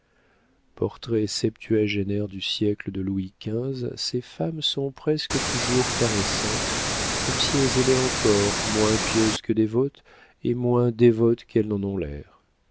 portraits septuagénaires du siècle de louis xv ces femmes sont presque toujours caressantes comme si elles aimaient encore moins pieuses que dévotes et moins dévotes qu'elles n'en ont l'air